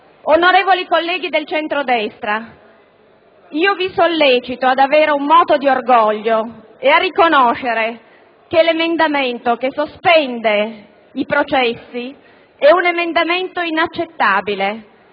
Onorevoli colleghi del centrodestra, vi sollecito ad avere un moto di orgoglio e a riconoscere che l'emendamento che sospende i processi è inaccettabile